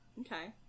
Okay